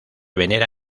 venera